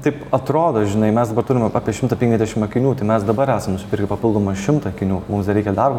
taip atrodo žinai mes dabar turim apie šimtą penkiasdešim akinių tai mes dabar esam nusipirkę papildomą šimtą akinių mums dar reikia dar